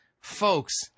Folks